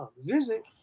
visit